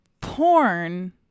porn